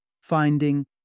finding